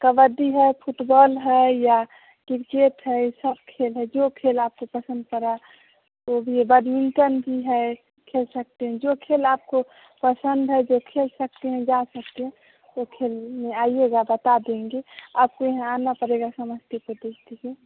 कबड्डी है फुटबॉल है या किरकेट है सब खेल हैं जो खेल आपको पसंद परा वह भी है बैडमिंटन भी है खेल सकते हैं जो खेल आपको पसंद है जो खेल सकते हैं जा करके वो खेल में आइएगा बता देंगे आपको यहाँ आना पड़ेगा समस्तीपुर डिस्टिक में